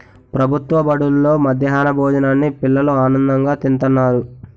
ప్రభుత్వ బడుల్లో మధ్యాహ్నం భోజనాన్ని పిల్లలు ఆనందంగా తింతన్నారు